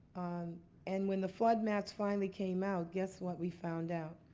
and when the flood maps finally came out, guess what we found out?